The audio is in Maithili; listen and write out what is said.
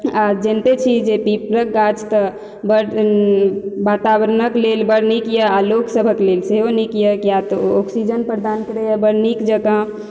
आ जाइनते छी जे पीपरक गाछ तऽ बढ़ वातावरणक लेल बढ़ निक यऽ आ लोक सबहक लेल सेहो नीक यऽ किए तऽ ओ ऑक्सीजन प्रदान करैया बड नीक जकाँ